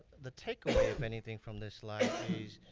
the take away, if anything, from this slide is,